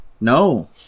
No